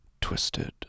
twisted